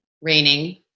raining